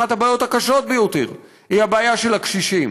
אחת הבעיות הקשות ביותר היא הבעיה של הקשישים,